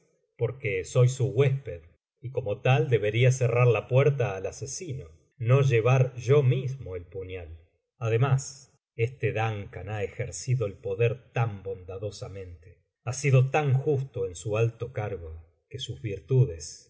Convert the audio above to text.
porque soy su huésped y como tal debería cerrar la puerta al asesino no llevar yo mismo el puñal además este duncan ha ejercido el poder tan bondadosamente ha sido tan justo en su alto cargo que sus virtudes